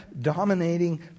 dominating